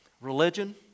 Religion